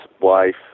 wife